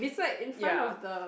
ya